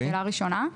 שאלה ראשונה.